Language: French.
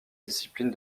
discipline